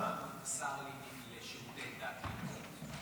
--- השר לשירותי דת יהודית.